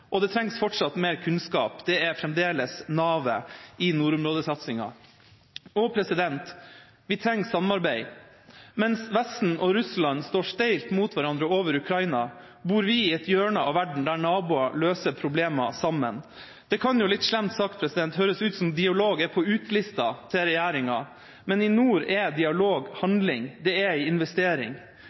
og det trengs fortsatt mer kunnskap; det er fremdeles navet i nordområdesatsinga. Og vi trenger samarbeid. Mens Vesten og Russland står steilt mot hverandre over Ukraina, bor vi i et hjørne av verden der naboer løser problemer sammen. Det kan jo litt slemt sagt høres ut som om dialog er på ut-lista til regjeringa, men i nord er dialog handling, det er en investering.